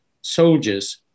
soldiers